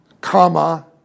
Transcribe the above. comma